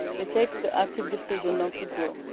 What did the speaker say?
they take the active decision not to grow,